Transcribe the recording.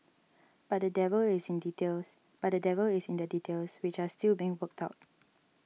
but the devil is in details but the devil is in the details which are still being worked out